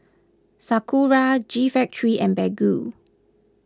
Sakura G Factory and Baggu